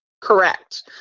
Correct